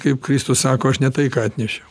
kaip kristus sako aš ne tai ką atnešiau